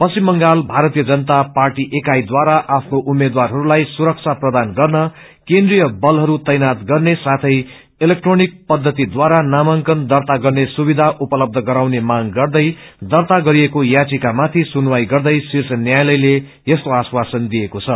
पश्चिम बंगाल भारतीय जनता पार्टी एकाईद्वारा आफ्नो उम्मेद्वारहरूलाई सुरक्षा प्रदान गर्न केन्द्रिय बलहरूको तैनात गर्ने साथै इलेक्ट्रोनिक्स पद्धति द्वरा नामाकंन दर्ता गर्ने सुविधा उपलब्ध गराउने मांग गर्दै दर्ता गरिएको याधिकामाथि सुनवाई गर्दै शीर्ष न्यायालयले यस्तो आश्वासन दिएको छ